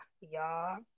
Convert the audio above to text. y'all